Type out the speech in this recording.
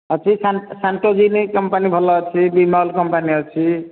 ଅଛି Santorini company ଭଲ ଅଛି ବିମଲ କମ୍ପାନି ଅଛି